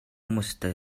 хүмүүстэй